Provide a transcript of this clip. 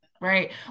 right